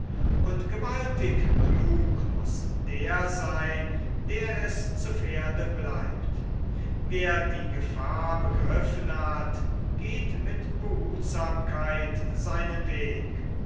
und gewaltig klug muß der seyn der es zu pferde bleibt wer die gefahr begriffen hat geht mit behutsamkeit seinen weg